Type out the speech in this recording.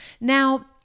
Now